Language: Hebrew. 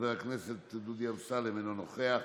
חבר הכנסת דודי אמסלם, אינו נוכח,